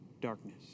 darkness